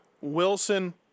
Wilson